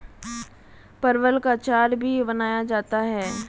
परवल का अचार भी बनाया जाता है